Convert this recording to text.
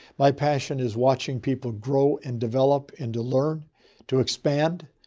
my passion is watching people grow and develop and to learn to expand.